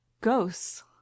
Ghosts